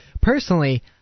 personally